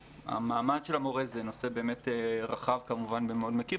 המעמד של המורה זה נושא רחב ומאוד מקיף,